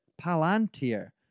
Palantir